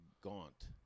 gaunt